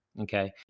Okay